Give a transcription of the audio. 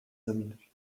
zamilkli